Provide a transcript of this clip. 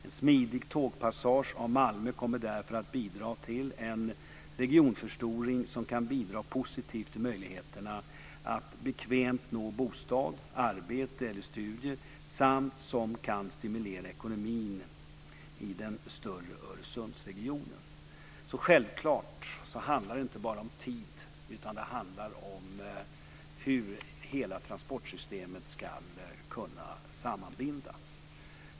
En smidig tågpassage av Malmö kommer därför att bidra till en regionförstoring som positivt kan bidra till möjligheterna att bekvämt nå bostad, arbete eller studier samt som kan stimulera ekonomin i den större Öresundsregionen. Självklart handlar det alltså inte bara om tid, utan det handlar också om hur hela transportsystemet ska kunna sammanbindas.